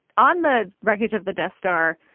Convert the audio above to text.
on the wreckage of the death star,